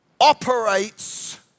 operates